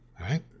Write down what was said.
right